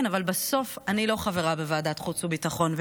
בסוף אני לא חברה בוועדת החוץ והביטחון,